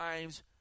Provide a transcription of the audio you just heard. times